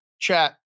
Chat